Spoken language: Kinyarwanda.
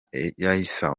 isae